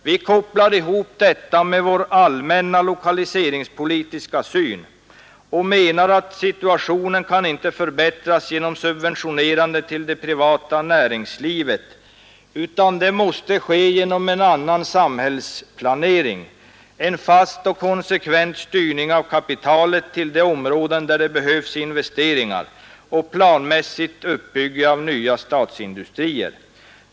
Vi kopplar ihop detta med vår allmänna lokaliseringspolitiska syn och menar att situationen inte kan förbättras genom subventionerande till det privata näringslivet, utan det måste ske genom en annan samhällsplane pansion i Norrbotten och andra regioner med sysselsättningssvårigheter ring, en fast och konsekvent styrning av kapitalet till de områden där det behövs investeringar och ett planmässigt uppbyggande av nya statliga industrier.